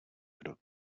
kdo